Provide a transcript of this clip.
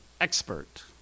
expert